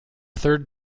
third